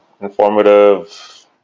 informative